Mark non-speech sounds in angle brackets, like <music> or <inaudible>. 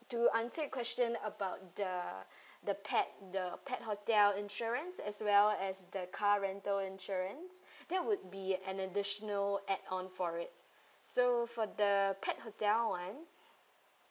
to answer your question about the <breath> the pet the pet hotel insurance as well as the car rental insurance <breath> there would be an additional add on for it so for the pet hotel [one]